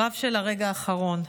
קרב של הרגע האחרון.